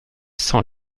sans